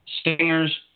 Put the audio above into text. Stingers